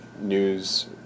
news